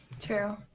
True